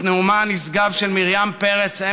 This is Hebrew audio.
את נאומה הנשגב של מרים פרץ,